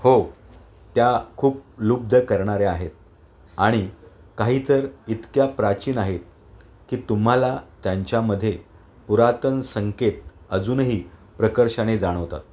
हो त्या खूप लुब्ध करणाऱ्या आहेत आणि काही तर इतक्या प्राचीन आहेत की तुम्हाला त्यांच्यामध्ये पुरातन संकेत अजूनही प्रकर्षाने जाणवतात